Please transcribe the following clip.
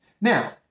Now